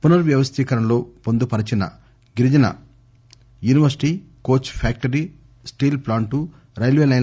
పునర్ వ్యవస్థీకరణ లో పొందుపరచిన గిరిజన university coach factory steel plant railway line